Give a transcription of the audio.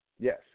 Yes